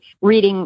reading